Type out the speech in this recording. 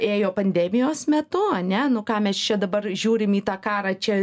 ėjo pandemijos metu ane nu ką mes čia dabar žiūrim į tą karą čia